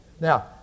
Now